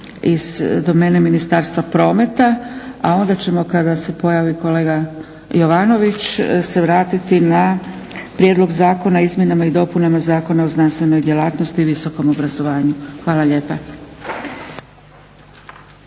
iz domene Ministarstva prometa a onda ćemo kada se pojavi kolega Jovanović se vratiti na Prijedlog zakona o Izmjenama i dopunama Zakona o znanstvenoj djelatnosti i visokom obrazovanju. Hvala lijepa.